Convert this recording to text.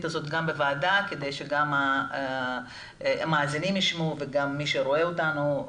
הזאת גם בוועדה כדי שגם המאזינים ישמעו וגם מי שרואה אותנו.